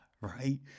right